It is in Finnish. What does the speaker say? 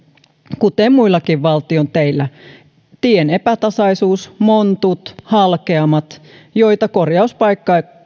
kuten muillakin valtion teillä tien epätasaisuus montut halkeamat joita korjauspaikkaukset